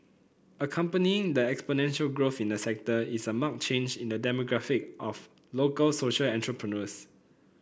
accompanying the exponential growth in the sector is a marked change in the demographic of local social entrepreneurs